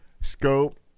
Scope